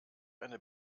eine